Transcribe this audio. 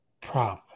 problem